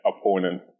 opponent